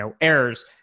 errors